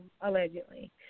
allegedly